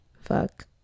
fuck